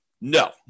No